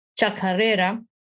Chacarrera